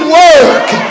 work